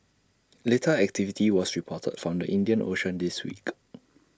little activity was reported from the Indian ocean this week